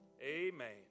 Amen